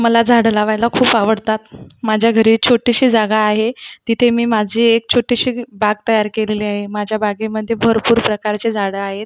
मला झाडं लावायला खूप आवडतात माझ्या घरी छोटीशी जागा आहे तिथे मी माझे एक छोटीशी बाग तयार केलेली आहे माझ्या बागेमध्ये भरपूर प्रकारचे झाडं आहेत